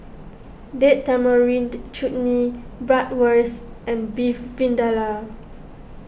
Date Tamarind Chutney Bratwurst and Beef Vindaloo